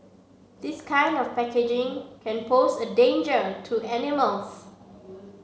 this kind of packaging can pose a danger to animals